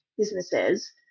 businesses